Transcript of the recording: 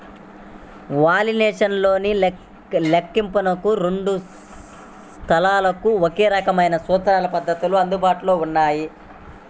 valuation లెక్కింపునకు రెండు సంస్థలకు ఒకే రకమైన సూత్రాలు, పద్ధతులు అందుబాటులో ఉన్నాయి